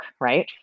right